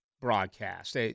broadcast